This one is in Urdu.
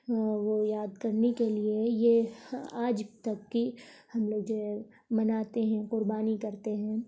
وہ یاد کرنے کے لیے یہ آج تک کے ہم لوگ جو ہے مناتے ہیں قربانی کرتے ہیں